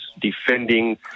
defending